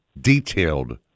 detailed